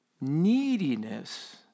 neediness